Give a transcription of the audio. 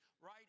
right